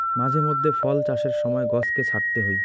মাঝে মধ্যে ফল চাষের সময় গছকে ছাঁটতে হই